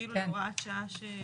כאילו הוראת שעה.